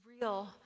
real